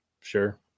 Sure